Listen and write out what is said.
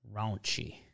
raunchy